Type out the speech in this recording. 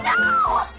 No